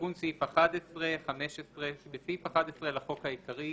"תיקון סעיף 11 15. בסעיף 11 לחוק העיקרי,